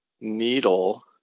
needle